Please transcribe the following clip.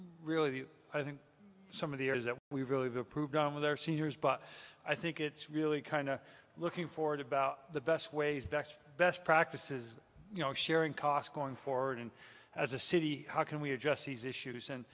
really i think some of the areas that we've really been approved with our seniors but i think it's really kind of looking forward about the best ways best best practices you know sharing costs going forward and as a city how can we address these issues and